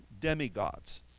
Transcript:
demigods